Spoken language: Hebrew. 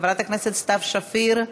חברת הכנסת סתיו שפיר,